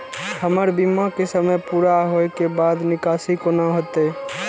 हमर बीमा के समय पुरा होय के बाद निकासी कोना हेतै?